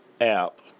app